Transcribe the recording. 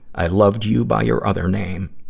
i loved you by your other name,